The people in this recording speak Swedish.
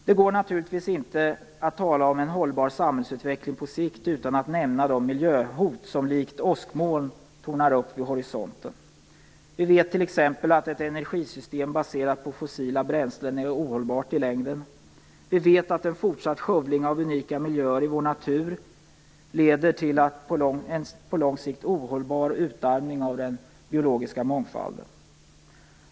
Det går naturligtvis inte att tala om en hållbar samhällsutveckling på sikt utan att nämna de miljöhot som likt åskmoln tornar upp vid horisonten. Vi vet t.ex. att ett energisystem baserat på fossila bränslen är ohållbart i längden. Vi vet att en fortsatt skövling av unika miljöer i vår natur leder till en på lång sikt ohållbar utarmning av den biologiska mångfalden.